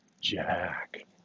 jack